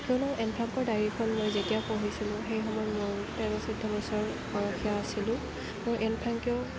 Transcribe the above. কিয়নো এন ফ্ৰাংকৰ ডায়েৰীখন মই যেতিয়া পঢ়িছিলোঁ সেই সময়ত মোৰ তেৰ চৈধ্য বছৰ বয়সীয়া আছিলোঁ মোৰ এন ফ্ৰাংকেও